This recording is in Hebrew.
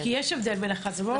כי יש הבדל בין 11 ל-17.